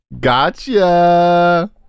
Gotcha